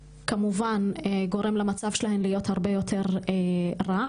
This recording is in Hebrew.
כמובן, גורם למצב שלהן להיות הרבה יותר רע.